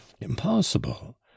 impossible